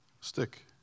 stick